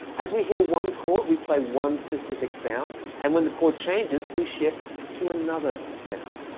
as we hear one chord, we play one specific sound and when the chord changes, we shift to another sound.